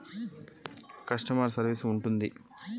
Customer service ఉంటుందా?